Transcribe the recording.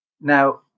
Now